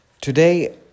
today